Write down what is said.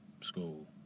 school